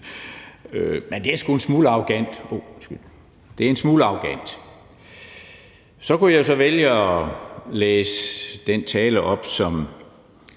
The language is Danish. Men det er sgu en smule arrogant ... Hov! Undskyld! Det er en smule arrogant. Så kunne jeg så vælge at læse den tale op, som